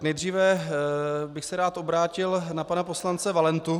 Nejdříve bych se rád obrátil na pana poslance Valentu.